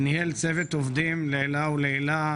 הוא ניהל צוות עובדים לעילה ולעילה.